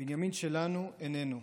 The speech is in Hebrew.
"בנימין שלנו איננו.